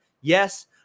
Yes